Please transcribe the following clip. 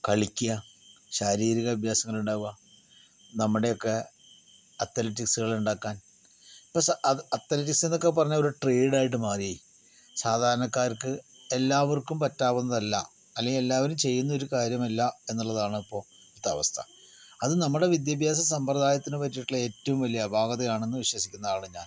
കളിക്കുക ശാരീരിക അഭ്യാസങ്ങൾ ഉണ്ടാവുക നമ്മുടെ ഒക്കെ അത്ലെറ്റിസുകളെ ഉണ്ടാക്കാൻ ഇപ്പോൾ അത് അത്ലെറ്റീസ് എന്നൊക്കെ പറഞ്ഞാൽ ഒരു ട്രേയ്ഡ് ആയിട്ട് മാറി സാധാരണക്കാർക്ക് എല്ലാവർക്കും പറ്റാവുന്നതല്ല അല്ലെങ്കിൽ എല്ലാവരും ചെയ്യുന്ന ഒരു കാര്യം അല്ല എന്നുള്ളതാണ് ഇപ്പോഴത്ത അവസ്ഥ അത് നമ്മുടെ വിദ്യാഭ്യാസ സമ്പ്രദായത്തിന് പറ്റിയിട്ടുള്ള ഏറ്റവും വലിയ അപാകത ആണെന്ന് വിശ്വസിക്കുന്ന ആള് ഞാൻ